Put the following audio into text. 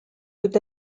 peut